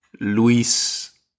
Luis